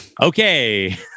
Okay